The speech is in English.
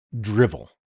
drivel